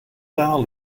taal